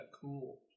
cool